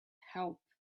help